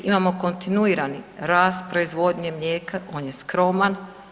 Imamo kontinuirani rast proizvodnje mlijeka, on je skroman.